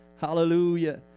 Hallelujah